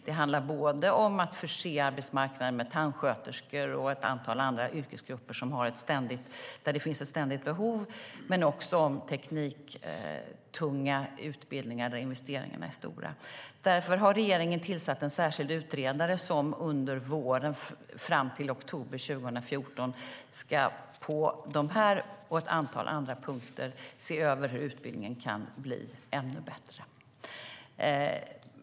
Det handlar om att förse arbetsmarknaden med tandsköterskor och ett antal andra yrkesgrupper som det finns ett ständigt behov av men också tekniktunga utbildningar där investeringarna är stora. Därför har regeringen tillsatt en särskild utredare som under våren och fram till oktober 2014 på dessa och ett antal andra punkter ska se över hur utbildningen kan bli ännu bättre.